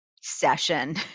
session